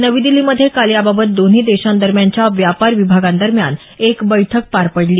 नवी दिल्लीमध्ये काल याबाबत दोन्ही देशांदरम्यानच्या व्यापार विभागांदरम्यान एक बैठक पार पडली